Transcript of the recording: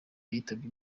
yitabye